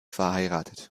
verheiratet